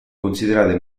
considerate